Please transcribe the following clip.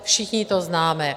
Všichni to známe.